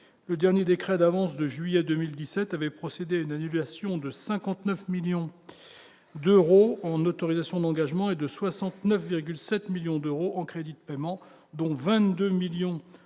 le dernier décret d'avance de juillet 2017 avait procédé à une annulation de 59 millions d'euros en autorisation d'engagement et de 69,7 millions d'euros en crédit de paiement dont 22 millions en